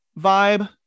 vibe